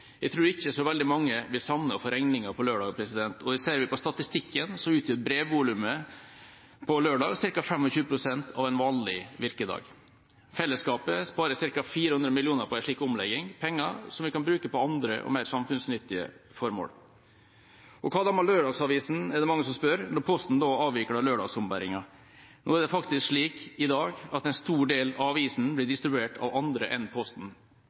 Jeg tror ikke så veldig mange vil savne det å få regninger på lørdag. Ser vi på statistikken, utgjør brevvolumet på lørdag ca. 25 pst. av volumet på en vanlig virkedag. Fellesskapet sparer ca. 400 mill. kr på en slik omlegging – penger som vi kan bruke på andre og mer samfunnsnyttige formål. Hva da med lørdagsavisen – er det mange som spør – når Posten avvikler lørdagsombæringa? Det er faktisk slik i dag at en stor del av avisene blir distribuert av andre enn Posten.